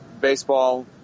baseball